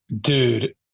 dude